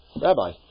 Rabbi